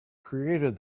created